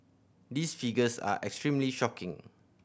these figures are extremely shocking